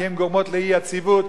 כי הן גורמות לאי-יציבות,